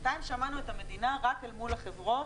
בינתיים שמענו את המדינה רק אל מול החברות.